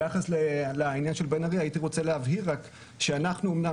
ביחס לעניין של בן ארי הייתי רוצה להבהיר רק שאנחנו אומנם